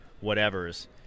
whatever's